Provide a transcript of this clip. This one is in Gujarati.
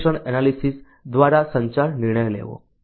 રિગ્રેસન એનાલિસિસ દ્વારા સંચાર નિર્ણય લેવો